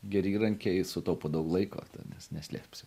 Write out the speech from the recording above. geri įrankiai sutaupo daug laiko nes neslėpsiu